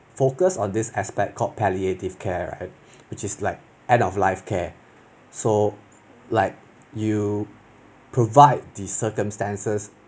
focus on this aspect called palliative care which is like end of life care so like you provide the circumstances